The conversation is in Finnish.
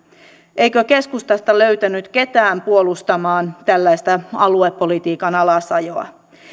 eikö keskustasta löytynyt ketään puolustamaan tällaista aluepolitiikan alasajoa